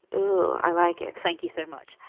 um i like it. thank you so much,